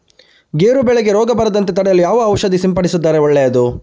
ಗೇರು ಬೆಳೆಗೆ ರೋಗ ಬರದಂತೆ ತಡೆಯಲು ಯಾವ ಔಷಧಿ ಸಿಂಪಡಿಸಿದರೆ ಒಳ್ಳೆಯದು?